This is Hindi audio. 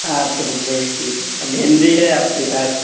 साठ रुपये की तो भिंडी है आपके पास